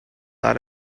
are